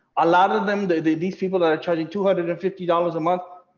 a lot of them, they they these people that are charging two hundred and fifty dollars a month,